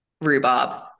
Rhubarb